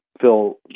Phil